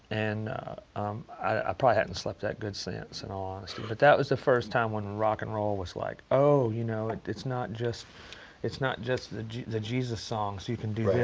and i probably haven't slept that good since, in all honesty. but that was the first time when rock and roll was like, oh, you know, it's not just it's not just the the jesus songs. you can do yeah